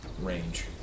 range